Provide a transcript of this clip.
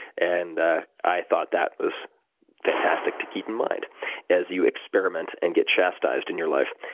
and ah i thought that was fantastic to keep in mind as you experiment and get chastised in your life.